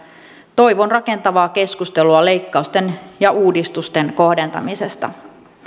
toivon rakentavaa keskustelua leikkausten ja uudistusten kohdentamisesta